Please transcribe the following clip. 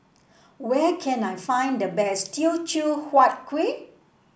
where can I find the best Teochew Huat Kueh